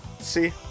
See